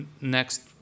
next